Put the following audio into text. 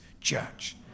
church